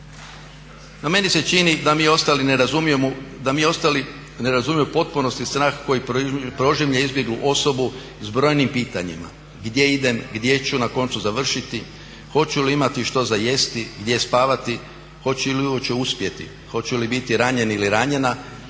No meni se čini da mi ostali ne razumijemo u potpunosti strah koji prožima izbjeglu osobu s brojnim pitanjima, gdje idem, gdje ću na koncu završiti, hoću li imati što za jesti, gdje spavati, hoću li uopće uspjeti, hoću li biti ranjen ili ranjena,